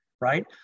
right